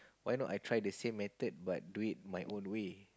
why not I try the same method but do it my own way